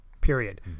period